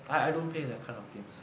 I I don't play that kind of games I